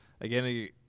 again